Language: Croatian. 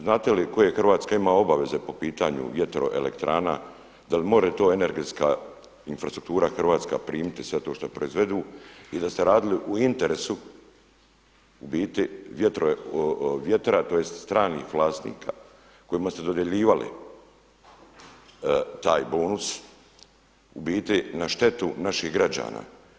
Znate li koje Hrvatska ima obaveze po pitanju vjertroelektrana, da li može to energetska infrastruktura hrvatska primiti sve to što proizvedu i da ste radili u interesu u biti vjetra, tj. stranih vlasnika kojima ste dodjeljivali taj bonus u biti na štetu naših građana.